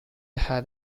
had